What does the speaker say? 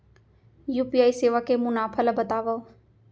UPI सेवा के मुनाफा ल बतावव?